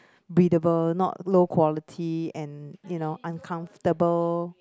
breathable not low quality and you know uncomfortable